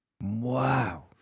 Wow